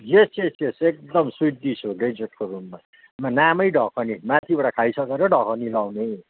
यस yes yes एकदम sweet dish हो desert ना नामै ढकने माथिबाट खाइसकेर ढकनी लगाउने